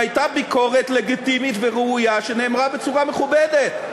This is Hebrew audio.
שהיוו ביקורת לגיטימית וראויה שנאמרה בצורה מכובדת.